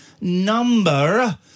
number